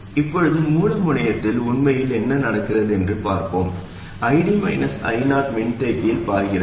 இப்போது மூல முனையத்தில் உண்மையில் என்ன நடக்கிறது என்று பார்ப்போம் ID I0 மின்தேக்கியில் பாய்கிறது